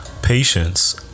Patience